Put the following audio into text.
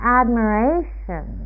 admiration